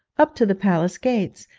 up to the palace gates,